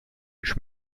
which